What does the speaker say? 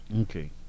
Okay